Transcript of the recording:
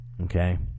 Okay